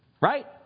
Right